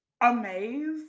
amazed